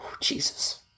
Jesus